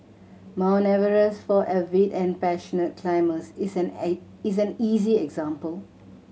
Mount Everest for avid and passionate climbers is an is an easy example